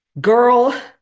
Girl